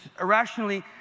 irrationally